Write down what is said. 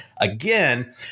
again